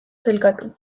sailkatu